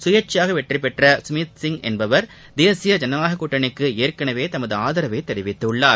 சுயேட்சையாக வெற்றி பெற்ற கமித்சிங் என்பவர் தேசிய ஜனநாயகக் கூட்டணிக்கு ஏற்கனவே தமது ஆதரவை தெரிவித்துள்ளார்